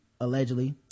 allegedly